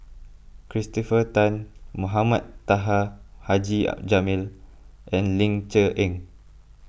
Christopher Tan Mohamed Taha Haji Jamil and Ling Cher Eng